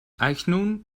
اکنون